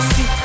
See